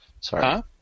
Sorry